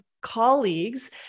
colleagues